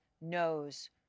knows